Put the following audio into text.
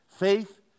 Faith